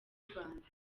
rwanda